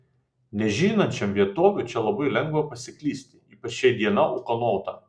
nežinančiam vietovių čia labai lengva pasiklysti ypač jei diena ūkanota